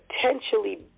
potentially